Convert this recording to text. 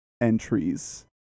entries